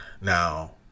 Now